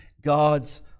God's